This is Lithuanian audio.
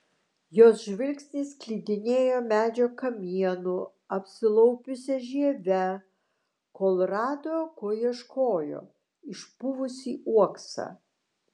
jos žvilgsnis klydinėjo medžio kamienu apsilaupiusia žieve kol rado ko ieškojo išpuvusį uoksą